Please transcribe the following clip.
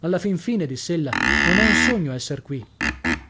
alla fin fine diss'ella non è un sogno esser qui